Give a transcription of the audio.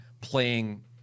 playing